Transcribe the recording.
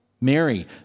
Mary